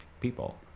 people